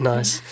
Nice